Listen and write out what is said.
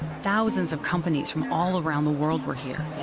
thousands of companies from all around the world were here.